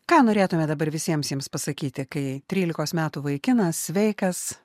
ką norėtumėt dabar visiems jiems pasakyti kai trylikos metų vaikinas sveikas